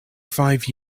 five